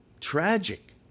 tragic